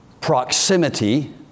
proximity